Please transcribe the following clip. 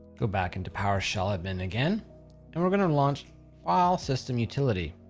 go back into powershell admin again and we're gonna launch file system utility.